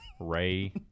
Ray